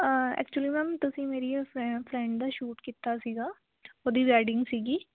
actually ma'am ਤੁਸੀਂ ਮੇਰੀ ਆ ਫ ਫਰੈਂਡ ਦਾ ਸ਼ੂਟ ਕੀਤਾ ਸੀਗਾ ਉਹਦੀ ਵੈਡਿੰਗ ਸੀਗੀ